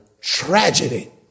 tragedy